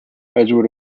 edgewood